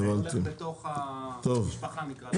זה הולך בתוך המשפחה נקרא לזה.